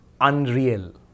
unreal